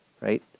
right